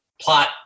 Plot